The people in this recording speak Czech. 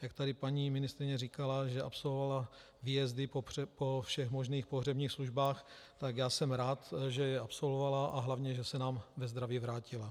Jak tady paní ministryně říkala, že absolvovala výjezdy po všech možných pohřebních službách, tak já jsem rád, že je absolvovala a hlavně že se nám ve zdraví vrátila.